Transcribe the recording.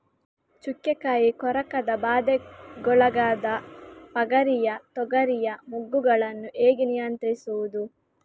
ಚುಕ್ಕೆ ಕಾಯಿ ಕೊರಕದ ಬಾಧೆಗೊಳಗಾದ ಪಗರಿಯ ತೊಗರಿಯ ಮೊಗ್ಗುಗಳನ್ನು ಹೇಗೆ ನಿಯಂತ್ರಿಸುವುದು?